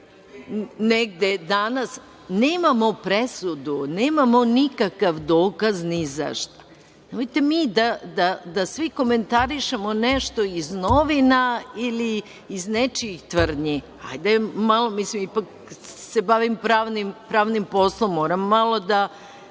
negde danas. Nemamo presudu, nemamo nikakav dokaz ni za šta. Nemojte da svi mi komentarišemo nešto iz novina ili iz nečijih tvrdnji. Hajde malo, ipak se bavim pravnim poslom, moram malo da